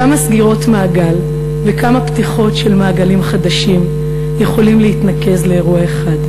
כמה סגירות מעגל וכמה פתיחות של מעגלים חדשים יכולים להתנקז לאירוע אחד.